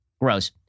Gross